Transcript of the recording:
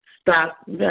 stop